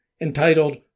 entitled